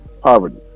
poverty